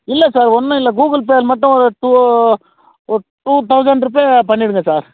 இல்லை சார் ஒன்றும் இல்லை கூகுள் பே மட்டும் ஒரு டூ ஒரு டூ தௌசண்ட் ரூபே பண்ணிவிடுங்க சார்